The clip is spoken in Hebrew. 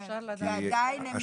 עדיין הם